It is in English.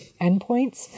endpoints